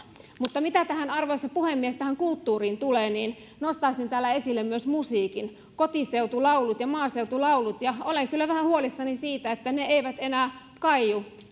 mutta mitä arvoisa puhemies tähän kulttuuriin tulee niin nostaisin täällä esille myös musiikin kotiseutulaulut ja maaseutulaulut ja olen kyllä vähän huolissani siitä että ne eivät enää juurikaan kaiu